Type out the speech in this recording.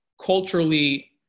culturally